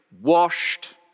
washed